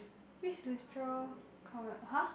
which literal !huh!